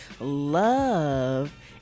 love